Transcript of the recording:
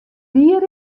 wier